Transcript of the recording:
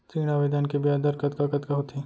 ऋण आवेदन के ब्याज दर कतका कतका होथे?